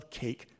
cake